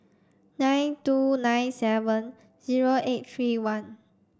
nine two nine seven zero eight three one